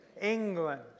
England